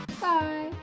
bye